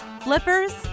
flippers